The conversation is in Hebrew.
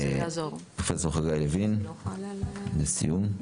פרופ' חגי לוין, לסיום.